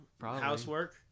housework